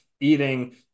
eating